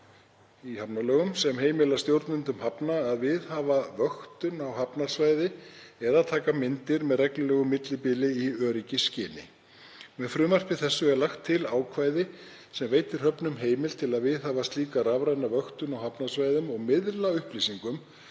í hafnalögum, sem heimilar stjórnendum hafna að viðhafa vöktun á hafnarsvæði eða taka myndir með reglulegu millibili í öryggisskyni. Með frumvarpi þessu er lagt til ákvæði sem veitir höfnum heimild til að viðhafa slíka rafræna vöktun á hafnarsvæðum og miðla upplýsingum